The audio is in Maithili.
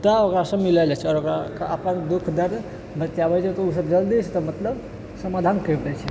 तऽ ओकरा से मिलै लै छौ आओर ओकरा अपन दुःख दर्द बताबै छै तऽ ओसब जलदी से मतलब समाधान कैरि दै छै